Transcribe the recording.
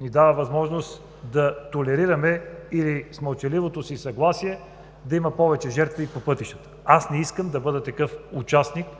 ни дава възможност да толерираме или с мълчаливото си съгласие да има повече жертви по пътищата. Аз не искам да бъда участник